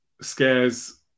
scares